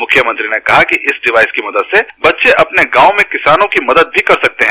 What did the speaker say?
मृख्यमंत्री ने कहा कि इस डिवाइस की मदद से बच्चे अपने गांव में किसानों की मदद कर सकते हैं